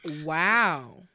Wow